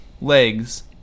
legs